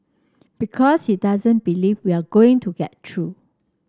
because he doesn't believe we are going to get through